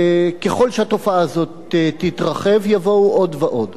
ככל שהתופעה הזאת תתרחב, יבואו עוד ועוד.